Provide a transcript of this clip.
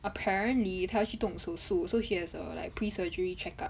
apparently 她要去动手术 so she has err like pre surgery check up